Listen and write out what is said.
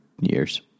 years